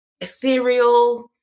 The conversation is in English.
ethereal